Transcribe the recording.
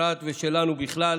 בפרט ושלנו בכלל.